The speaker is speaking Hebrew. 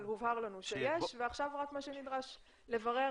אבל הובהר לנו שיש ועכשיו מה שנדרש לברר,